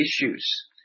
issues